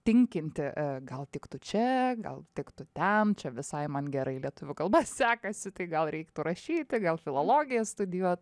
tinkinti gal tiktų čia gal tiktų ten čia visai man gerai lietuvių kalba sekasi tai gal reiktų rašyti gal filologiją studijuot